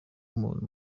umuntu